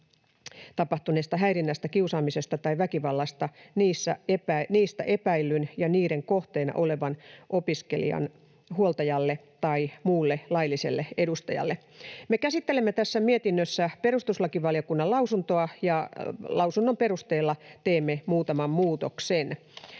tapahtuneesta häirinnästä, kiusaamisesta tai väkivallasta niistä epäillyn ja niiden kohteena olevan opiskelijan huoltajalle tai muulle lailliselle edustajalle. Me käsittelemme tässä mietinnössä perustuslakivaliokunnan lausuntoa ja lausunnon perusteella teemme muutaman muutoksen.